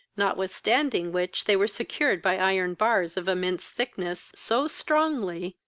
notwithstanding which they were secured by iron bars of immense thickness, so strongly,